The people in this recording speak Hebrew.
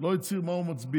לא הצהיר מה הוא מצביע.